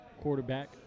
quarterback